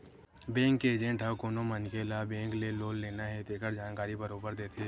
bank के agent ह कोनो मनखे ल बेंक ले लोन लेना हे तेखर जानकारी बरोबर देथे